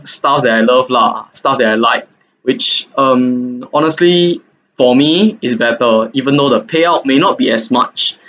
stuffs that I love lah stuffs that I like which um honestly for me is better even though the payout may not be as much